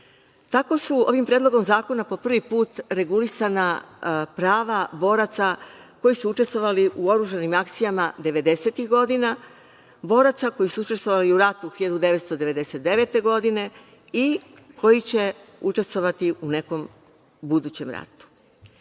Tako su ovim predlogom zakona po prvi put regulisana prava boraca koji su učestvovali u oružanim akcijama devedesetih godina, boraca koji su učestvovali u ratu 1999. godine i koji će učestvovati u nekom budućem ratu. Važno